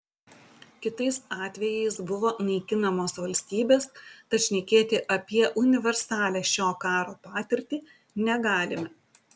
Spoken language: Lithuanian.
kitais atvejais buvo naikinamos valstybės tad šnekėti apie universalią šio karo patirtį negalime